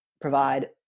provide